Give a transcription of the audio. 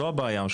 זו הבעיה.